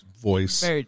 voice